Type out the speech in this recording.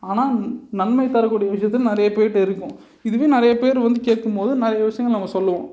ஆனால் நன்மை தரக்கூடிய விஷயத்த நிறைய பேர்கிட்ட இருக்கும் இதுவே நிறைய பேர் வந்து கேட்கும்போது நிறைய விஷயங்கள் நம்ம சொல்லுவோம்